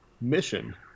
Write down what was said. mission